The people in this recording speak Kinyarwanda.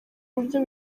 buryo